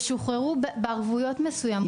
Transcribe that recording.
ישוחררו בערבויות מסוימות.